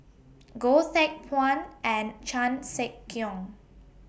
Goh Teck Phuan and Chan Sek Keong